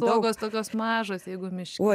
uogos tokios mažos jeigu miške